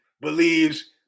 believes